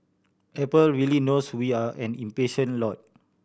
apple really knows we are an impatient lot